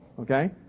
Okay